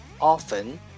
often